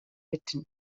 britain